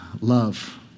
love